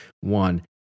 One